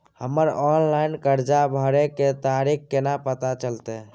हमर ऑनलाइन कर्जा भरै के तारीख केना पता चलते?